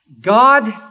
God